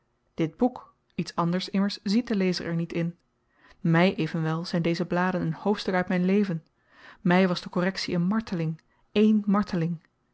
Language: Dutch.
dit boek iets anders immers ziet de lezer er niet in my evenwel zyn deze bladen n hoofdstuk uit m'n leven my was de korrektie n marteling één marteling